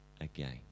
again